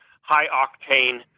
high-octane